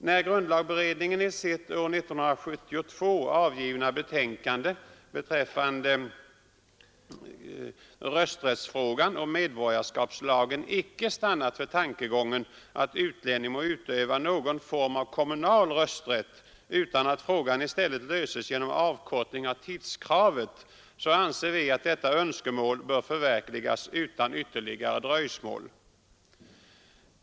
Då grundlagberedningen i sitt år 1972 avgivna betänkande beträffande rösträttsfrågan och medborgarskapslagen icke stannat för tankegången att utlänning må utöva någon form av kommunal rösträtt, utan menar att frågan i stället skall lösas genom avkortning av väntetiden, anser vi att detta önskemål bör förverkligas utan ytterligare dröjsmål.